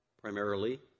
primarily